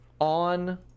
on